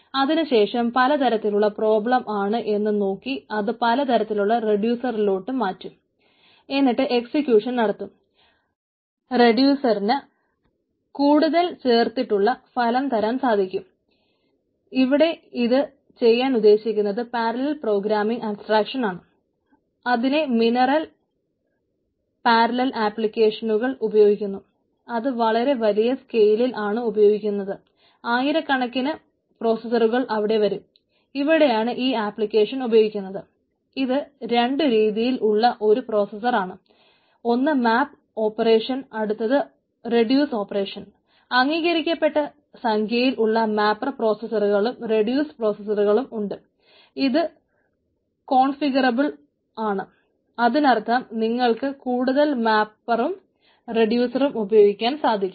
അതിനർത്ഥം നിങ്ങൾക്ക് കൂടുതൽ മാപ്പറും റെഡ്യൂസറും ഉപയോഗിക്കാൻ സാധിക്കും